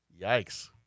yikes